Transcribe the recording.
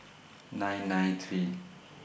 nine nine three